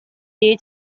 year